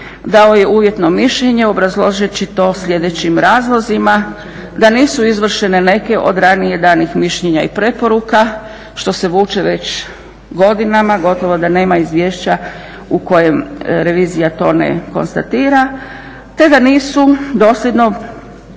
dao je uvjetno mišljenje obrazlažući to sljedećim razlozima, da nisu izvršene neke od ranije danih mišljenja i preporuka što se vuče već godinama, gotovo da nema izvješća u kojem revizija to ne konstatira, te da nisu dosljedno